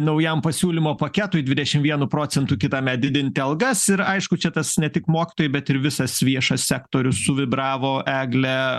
naujam pasiūlymo paketui dvidešim vienu procentu kitąmet didinti algas ir aišku čia tas ne tik mokytojai bet ir visas viešas sektorius suvibravo egle